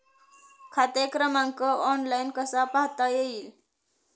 खाते क्रमांक ऑनलाइन कसा पाहता येईल?